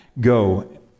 go